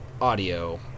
audio